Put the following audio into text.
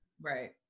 Right